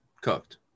cooked